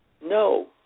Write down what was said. No